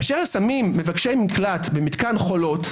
כששמים מבקשי מקלט במתקן חולות,